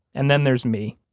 and then there's me.